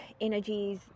energies